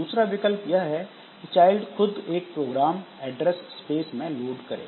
दूसरा विकल्प यह है कि चाइल्ड खुद एक प्रोग्राम ऐड्रेस स्पेस में लोड करें